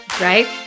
Right